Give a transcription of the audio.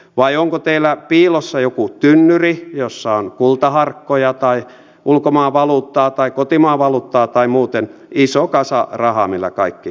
vai onko teillä piilossa joku tynnyri jossa on kultaharkkoja tai ulkomaan valuuttaa tai kotimaan valuuttaa tai muuten iso kasa rahaa millä kaikki rahoitetaan